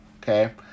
Okay